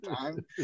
time